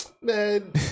Man